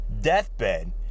deathbed